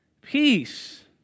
Peace